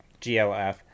glf